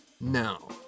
No